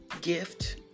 gift